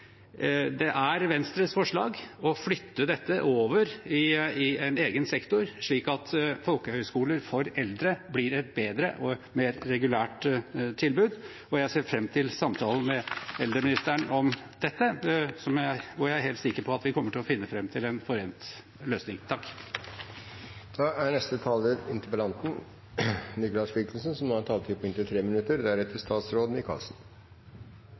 Det er Venstres forslag å flytte dette over i en egen sektor, slik at folkehøyskoler for eldre blir et bedre og mer regulært tilbud. Jeg ser fram til samtalen med eldreministeren om dette, hvor jeg er helt sikker på at vi kommer til å finne fram til en omforent løsning. Forskjellene i makt og rikdom øker i Norge. Da